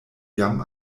jam